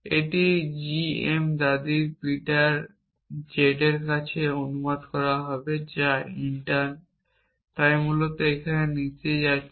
এটি জিএম দাদি পিটার জেডের কাছে অনুবাদ করা হবে যা ইন্টার্ন তাই মূলত এখানে নিচে যাচ্ছে